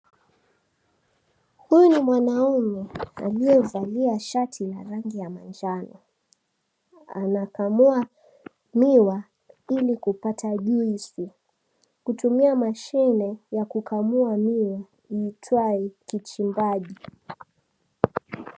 Huyu ni mwanaume aliyevalia shati ya rangi ya manjano. Anakamua miwa ili kupata juisi kutumia mashine ya kukamua miwa iitwae Kichimbaji.